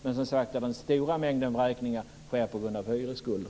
Men som sagt var: Den stora mängden vräkningar sker på grund av hyresskulder.